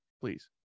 Please